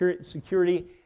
security